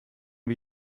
wir